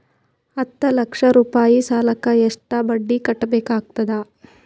ಹತ್ತ ಲಕ್ಷ ರೂಪಾಯಿ ಸಾಲಕ್ಕ ಎಷ್ಟ ಬಡ್ಡಿ ಕಟ್ಟಬೇಕಾಗತದ?